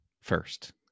first